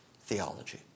theology